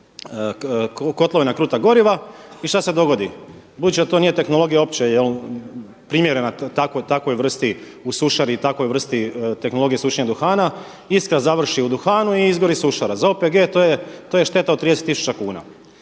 kotlove na kruta goriva i šta se dogodi, budući da to nije tehnologija uopće primjerena takvoj vrsti u sušari takvoj vrsti tehnologije sušenja duhana, iskra završi u duhanu i izgori sušara. Za OPG to je šteta od 30 tisuća kuna.